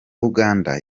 uganda